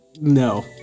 No